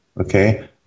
Okay